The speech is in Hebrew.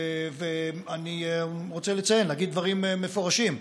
אני רוצה לציין, להגיד דברים מפורשים: